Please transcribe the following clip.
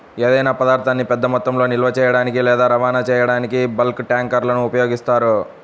ఏదైనా పదార్థాన్ని పెద్ద మొత్తంలో నిల్వ చేయడానికి లేదా రవాణా చేయడానికి బల్క్ ట్యాంక్లను ఉపయోగిస్తారు